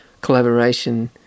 collaboration